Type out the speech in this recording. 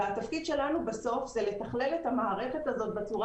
והתפקיד שלנו הוא לתכלל את המערכת הזאת בצורה